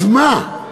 אז מה?